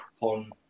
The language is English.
on